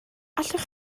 allwch